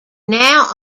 now